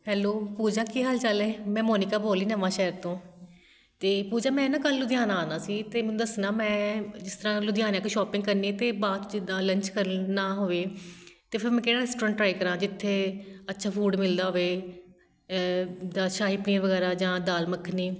hello Pooja ਕੀ ਹਾਲ ਚਾਲ ਹੈ ਮੈਂ ਮੋਨੀਕਾ ਬੋਲ ਰਹੀ ਨਵਾਂਸ਼ਹਿਰ ਤੋਂ ਅਤੇ ਪੂਜਾ ਮੈਂ ਨਾ ਕੱਲ੍ਹ ਲੁਧਿਆਣਾ ਆਉਣਾ ਸੀ ਅਤੇ ਮੈਨੂੰ ਦੱਸਣਾ ਮੈਂ ਜਿਸ ਤਰ੍ਹਾਂ ਲੁਧਿਆਣੇ ਆ ਕੇ ਸ਼ੋਂਪਿੰਗ ਕਰਨੀ ਅਤੇ ਬਾਅਦ ਜਿੱਦਾਂ ਲੰਚ ਕਰਨਾ ਹੋਵੇ ਅਤੇ ਫਿਰ ਮੈਂ ਕਿਹੜਾ ਰੈਸਟੋਰੈਂਟ ਟਰਾਈ ਕਰਾਂ ਜਿੱਥੇ ਅੱਛਾ ਫੂਡ ਮਿਲਦਾ ਹੋਵੇ ਜਿੱਦਾਂ ਸ਼ਾਹੀ ਪਨੀਰ ਵਗੈਰਾ ਜਾਂ ਦਾਲ ਮੱਖਣੀ